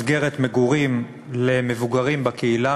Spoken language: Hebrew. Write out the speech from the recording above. זו מסגרת מגורים למבוגרים בקהילה,